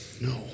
no